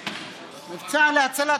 אנחנו לא צריכים להקשיב,